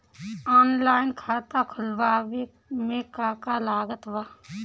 Online खाता खुलवावे मे का का लागत बा?